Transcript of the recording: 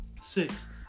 six